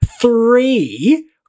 three